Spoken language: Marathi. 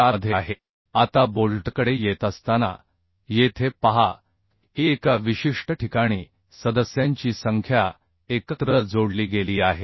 4 मध्ये आहे आता बोल्टकडे येत असताना येथे पहा की एका विशिष्ट ठिकाणी सदस्यांची संख्या एकत्र जोडली गेली आहे